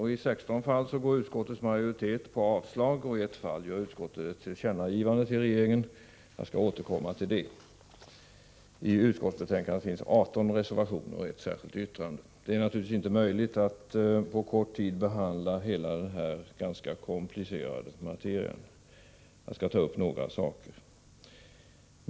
I 16 fall väljer utskottets majoritet avslag, i ett fall föreslår utskottet ett tillkännagivande till regeringen. Jag skall återkomma till detta. I utskottsbetänkandet finns 18 reservationer och ett särskilt yttrande. Det är naturligtvis inte möjligt att på kort tid behandla hela det här ganska komplicerade materialet, men jag skall ta upp några saker.